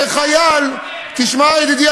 וחייל, אבל הילדים האלה, זה לא בגלל מערכת החינוך.